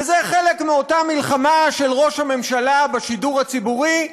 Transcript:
וזה חלק מאותה מלחמה של ראש הממשלה בשידור הציבורי,